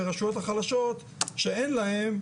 והרשויות החלשות שאין להן,